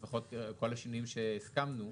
לפחות כל השינויים שהסכמנו.